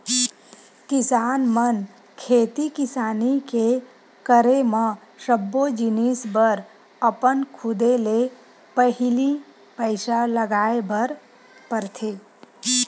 किसान मन खेती किसानी के करे म सब्बो जिनिस बर अपन खुदे ले पहिली पइसा लगाय बर परथे